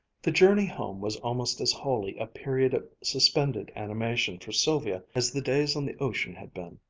the journey home was almost as wholly a period of suspended animation for sylvia as the days on the ocean had been.